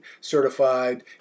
certified